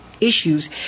Issues